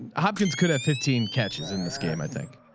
hopkins could have fifteen catches in this game. i think.